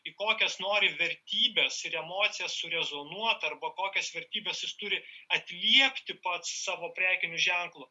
į kokias nori vertybes ir emocijas surezonuot arba kokias vertybes jis turi atliepti pats savo prekiniu ženklu